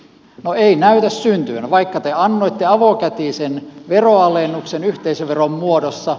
no ei näytä syntyvän vaikka te annoitte avokätisen veronalennuksen yhteisöveron muodossa